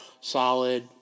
solid